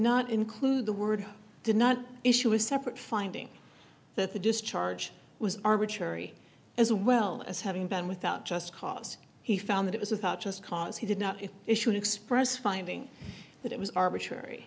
not include the word did not issue a separate finding that the discharge was arbitrary as well as having been without just cause he found that it was without just cause he did not issue an express finding that it was arbitrary